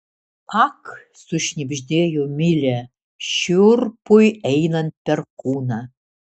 ak sušnibždėjo milė šiurpui einant per kūną